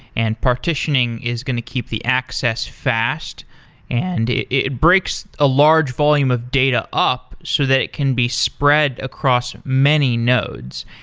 and partitioning is going to keep the access fast and it breaks a large volume of data up so that it can be spread across many nodes.